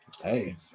Hey